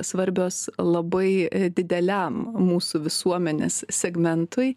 svarbios labai dideliam mūsų visuomenės segmentui